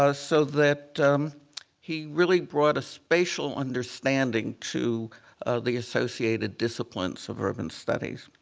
ah so that um he really brought a spatial understanding to the associated disciplines of urban studies.